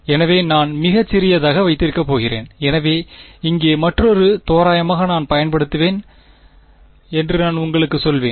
எனவே நான் மிகச் சிறியதாக வைத்திருக்கப் போகிறேன் எனவே இங்கே மற்றொரு தோராயமாக நான் பயன்படுத்துவேன் என்று நான் உங்களுக்குச் சொல்வேன்